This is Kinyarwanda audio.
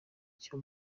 icyo